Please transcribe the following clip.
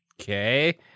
Okay